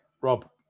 Rob